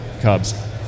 Cubs